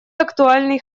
актуальный